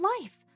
life